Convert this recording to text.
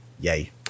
Yay